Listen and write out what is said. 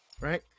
right